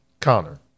Connor